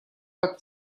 как